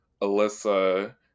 Alyssa